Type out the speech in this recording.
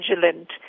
vigilant